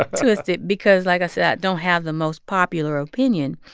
twisted because, like i said, i don't have the most popular opinion.